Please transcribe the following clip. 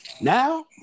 Now